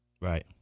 Right